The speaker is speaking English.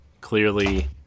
Clearly